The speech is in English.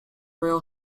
rail